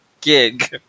gig